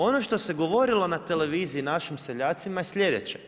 Ono što se govorilo na televiziji našim seljacima je sljedeće.